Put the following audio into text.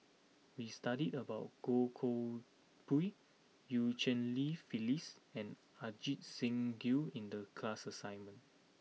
we studied about Goh Koh Pui Eu Cheng Li Phyllis and Ajit Singh Gill in the class assignment